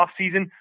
offseason